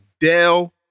Dell